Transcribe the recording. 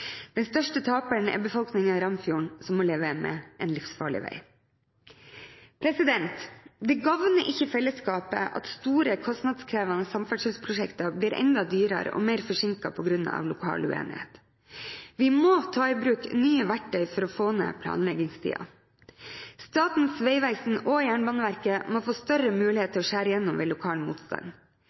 Den største taperen er befolkningen i Ramfjorden, som må leve med en livsfarlig vei. Det gagner ikke fellesskapet at store, kostnadskrevende samferdselsprosjekter blir enda dyrere og mer forsinket på grunn av lokal uenighet. Vi må ta i bruk nye verktøy for å få ned planleggingstiden. Statens vegvesen og Jernbaneverket må få større mulighet til å skjære igjennom ved lokal motstand.